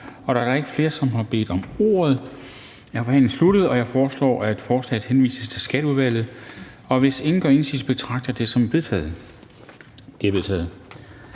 Da der ikke er flere, som har bedt om ordet, er forhandlingen sluttet. Jeg foreslår, at forslaget henvises til Skatteudvalget. Hvis ingen gør indsigelse, betragter jeg dette som vedtaget. Det er vedtaget.